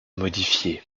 modifiée